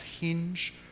hinge